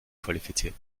qualifiziert